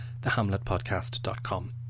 thehamletpodcast.com